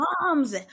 moms